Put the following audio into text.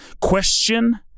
question